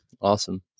Awesome